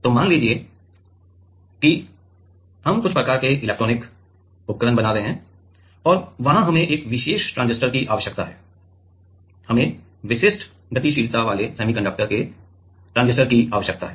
तो मान लीजिए कि हम कुछ प्रकार के इलेक्ट्रॉनिक उपकरण बना रहे हैं और वहां हमें एक विशेष ट्रांजिस्टर की आवश्यकता है हमें विशिष्ट गतिशीलता वाले सेमीकंडक्टर के ट्रांजिस्टर की आवश्यकता है